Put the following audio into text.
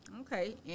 Okay